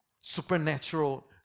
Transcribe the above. Supernatural